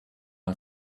are